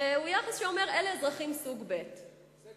שהוא יחס שאומר, אלה אזרחים סוג ב', הם